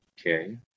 Okay